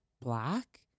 Black